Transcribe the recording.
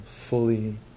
fully